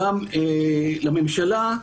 גם לממשלה,